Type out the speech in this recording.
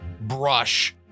brush